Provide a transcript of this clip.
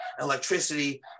electricity